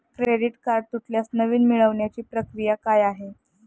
Credit card तुटल्यास नवीन मिळवण्याची प्रक्रिया काय आहे?